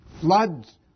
floods